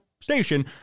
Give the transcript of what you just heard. station